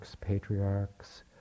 patriarchs